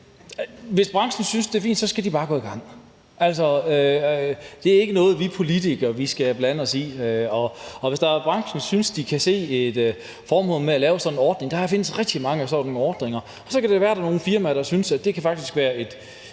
hvis branchen synes, det er fint, så skal de bare gå i gang. Det er ikke noget, som vi politikere skal blande os i. Og hvis branchen synes, de kan se et formål med at lave sådan en ordning – der findes rigtig mange af sådan nogle ordninger – så kan det være, at der er nogle firmaer, der synes, at det faktisk kan være et